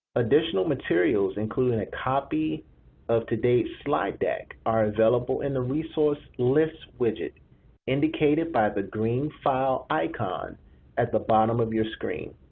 additional materials, including a copy of today's slide deck, are available in the resource list widget indicated by the green file icon at the bottom of your screen.